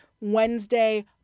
Wednesday